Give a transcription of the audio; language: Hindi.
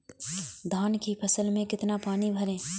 धान की फसल में कितना पानी भरें?